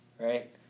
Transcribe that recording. right